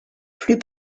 plus